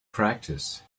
practice